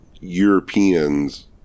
Europeans